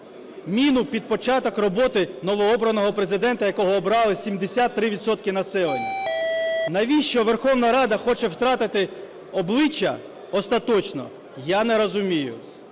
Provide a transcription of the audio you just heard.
міну під початок роботи новообраного Президента, якого обрали 73 відсотки населення. Навіщо Верховна Рада хоче втратити обличчя остаточно, я не розумію.